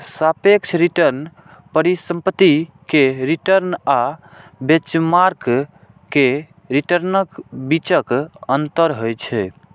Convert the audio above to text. सापेक्ष रिटर्न परिसंपत्ति के रिटर्न आ बेंचमार्क के रिटर्नक बीचक अंतर होइ छै